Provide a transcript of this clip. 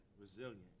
resilient